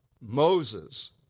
Moses